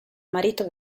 marito